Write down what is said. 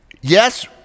Yes